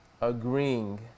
agreeing